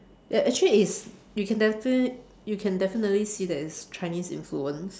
ya actually it's you can definitely you can definitely see that it's Chinese influenced